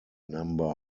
number